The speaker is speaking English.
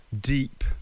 deep